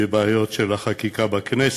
בבעיות של החקיקה בכנסת,